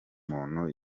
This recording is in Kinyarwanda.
muntu